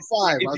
five